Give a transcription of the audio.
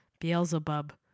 Beelzebub